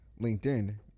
LinkedIn